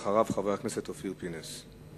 אחריו, חבר הכנסת אופיר פינס.